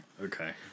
Okay